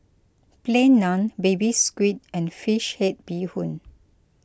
Plain Naan Baby Squid and Fish Head Bee Hoon